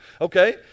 Okay